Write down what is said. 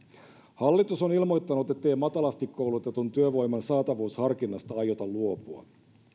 hallitus on ilmoittanut ettei matalasti koulutetun työvoiman saatavuusharkinnasta aiota luopua